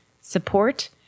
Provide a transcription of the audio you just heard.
support